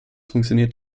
funktioniert